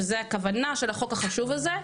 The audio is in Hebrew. שזו הכוונה של החוק החשוב הזה,